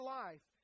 life